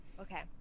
Okay